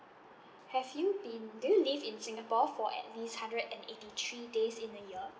have you been do you live in singapore for at least hundred and eighty three days in a year